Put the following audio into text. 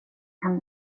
kan